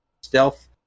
Stealth